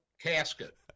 casket